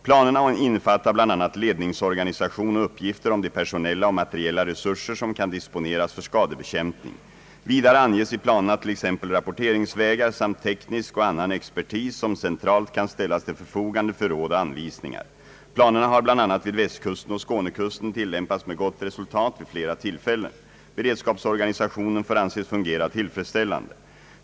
Planerna innefattar bl.a. ledningsorganisation och uppgifter om de personella och materiella resurser som kan disponeras för skadebekämpning. Vidare anges i planerna t.ex. rapporteringsvägar samt teknisk och annan expertis som centralt kan ställas till förfogande för råd och anvisningar. Planerna har bl.a. vid Västkusten och Skånekusten tilllämpats med gott resultat vid flera till fällen. Beredskapsorganisationen får anses fungera tillfredsställande.